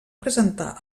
presentar